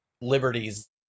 liberties –